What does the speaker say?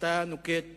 שאתה נוקט